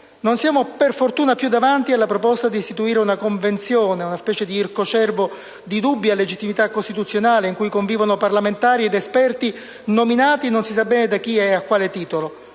non siamo, per fortuna, più davanti alla proposta di istituire una Convenzione, una specie di ircocervo di dubbia legittimità costituzionale in cui convivono parlamentari ed esperti nominati non si sa bene da chi e a quale titolo.